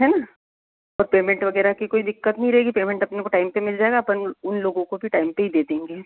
है न और पेमेंट वगैरह की कोई दिक्कत नहीं रहेगी पेमेंट अपने को टाइम पर मिल जाएगा अपन उन लोगों को भी टाइम पर ही दे देंगे